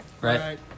Right